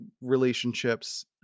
relationships